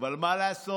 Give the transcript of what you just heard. אבל מה לעשות